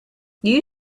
you